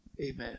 amen